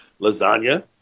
lasagna